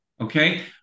Okay